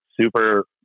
super